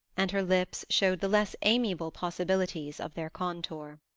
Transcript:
and her lips showed the less amiable possibilities of their contour.